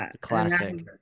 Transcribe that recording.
classic